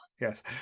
yes